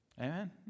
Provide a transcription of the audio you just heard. Amen